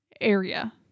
area